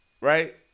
right